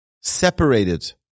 Separated